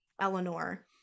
Eleanor